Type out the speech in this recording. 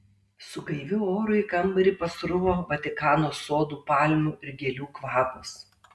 su gaiviu oru į kambarį pasruvo vatikano sodo palmių ir gėlių kvapas